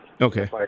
Okay